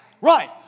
Right